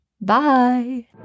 Bye